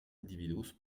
individus